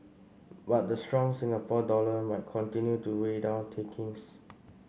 but the strong Singapore dollar might continue to weigh down takings